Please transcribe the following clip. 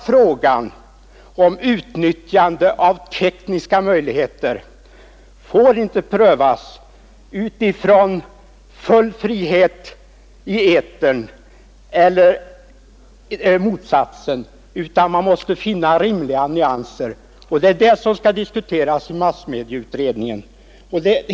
Frågan om utnyttjande av tekniska möjligheter får inte prövas utifrån full frihet i etern eller motsatsen. Man måste finna rimliga nyanser, och det är det som skall diskuteras i massmediautredningen.